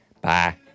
Bye